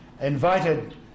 invited